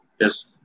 Yes